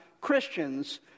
Christians